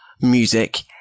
music